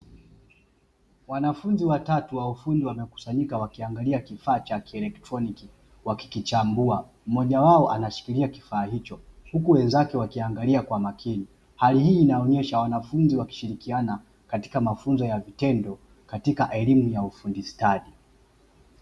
Wanafunzi watatu wa ufundi wamekusanyika wakiangalia kifaa cha kielektroniki wakikichambua, mmoja wao anashikilia kifaa hicho huku wenzake wakiangalia kwa umakini. Hali hii inaonyesha wanafunzi wakishirikiana katika mafunzo ya vitendo katika elimu ya ufundi stadi.